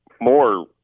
more